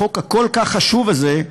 החוק הכל-כך חשוב הזה,